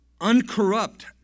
Uncorrupt